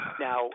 Now